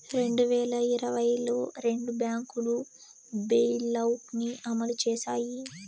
రెండు వేల ఇరవైలో రెండు బ్యాంకులు బెయిలౌట్ ని అమలు చేశాయి